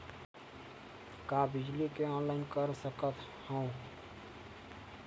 का बिजली के ऑनलाइन कर सकत हव?